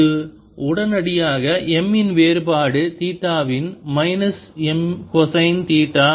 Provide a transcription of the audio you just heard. இது உடனடியாக M இன் வேறுபாடு தீட்டாவின் மைனஸ் M கொசைன் தீட்டா சமம் என்று கூறுகிறது